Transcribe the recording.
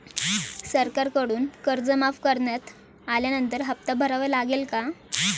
सरकारकडून कर्ज माफ करण्यात आल्यानंतर हप्ता भरावा लागेल का?